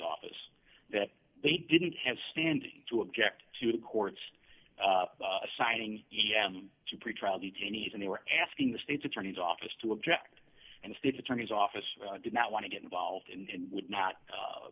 office that they didn't have standing to object to the court's assigning them to pretrial detainees and they were asking the state's attorney's office to object and the state attorney's office did not want to get involved and would not